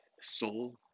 soul